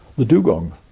the dugong.